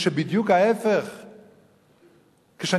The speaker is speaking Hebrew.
ואם אני